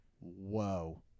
Whoa